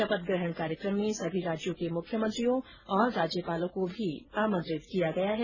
शपथ ग्रहण कार्यक्रम में सभी राज्यों के मुख्यमंत्रियों और राज्यपालों को भी आमंत्रित किया गया है